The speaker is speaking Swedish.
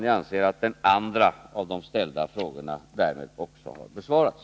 Jag anser att den andra av de ställda frågorna därmed också har besvarats.